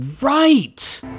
Right